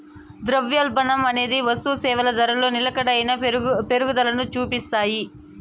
ద్రవ్యోల్బణమనేది వస్తుసేవల ధరలో నిలకడైన పెరుగుదల సూపిస్తాది